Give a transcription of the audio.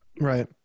right